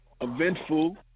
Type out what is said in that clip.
eventful